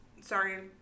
Sorry